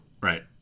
Right